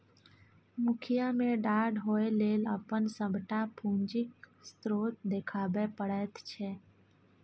मुखिया मे ठाढ़ होए लेल अपन सभटा पूंजीक स्रोत देखाबै पड़ैत छै